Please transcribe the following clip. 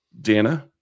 Dana